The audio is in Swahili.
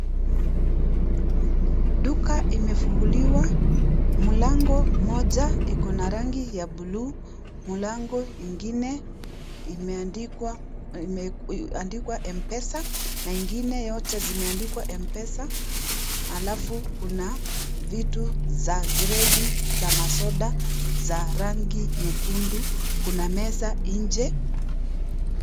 Duka imefunguliwa, mlango mmoja iko na rangi ya blue . Mlango ingine imeandikwa "mpesa" na ingine yote zimeandikwa "mpesa" halafu kuna vitu za kreti za masoda za rangi nyekundu. Kuna meza nje